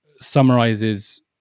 summarizes